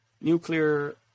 nuclear